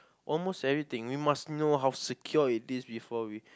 almost everything we must know how secure it is before we